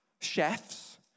chefs